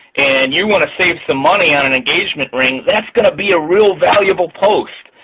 and you want to save some money on an engagement ring, that's going to be a really valuable post.